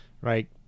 right